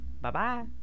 Bye-bye